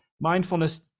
mindfulness